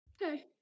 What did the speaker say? hey